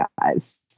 guys